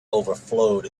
overflowed